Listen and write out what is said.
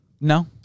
No